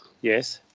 Yes